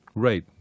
Right